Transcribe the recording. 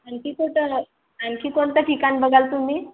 आणखी कुठं आणखी कोणतं ठिकाण बघाल तुम्ही